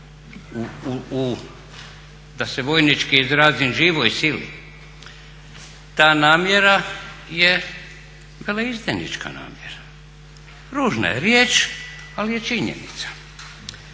da se vojničkim izrazim živoj sili, ta namjera je veleizdajnička namjera. Ružna je riječ ali je činjenica.